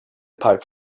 pipe